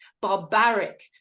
barbaric